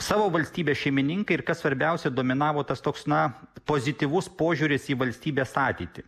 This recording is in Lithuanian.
savo valstybės šeimininkai ir kas svarbiausia dominavo tas toks na pozityvus požiūris į valstybės ateitį